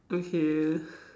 okay